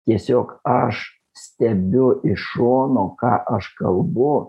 tiesiog aš stebiu iš šono ką aš kalbu